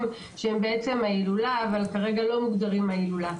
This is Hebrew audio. שהם בעצם חלק מההילולה אבל כרגע לא מוגדרים בהילולה.